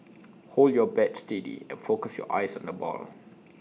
hold your bat steady and focus your eyes on the ball